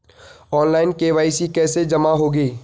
Online KYC कैसे जमा होगी?